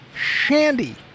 shandy